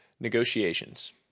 Negotiations